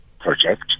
project